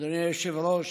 אדוני היושב-ראש,